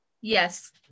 Yes